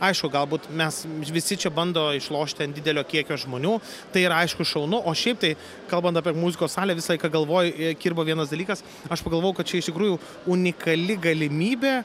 aišku galbūt mes visi čia bando išlošti ant didelio kiekio žmonių tai yra aišku šaunu o šiaip tai kalbant apie muzikos salę visą laiką galvoj kirba vienas dalykas aš pagalvojau kad čia iš tikrųjų unikali galimybė